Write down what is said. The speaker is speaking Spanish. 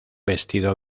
vestido